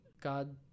God